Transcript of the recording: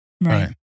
Right